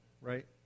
right